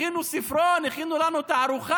הכינו ספרון, הכינו לנו תערוכה.